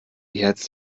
herz